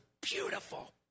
beautiful